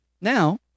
Now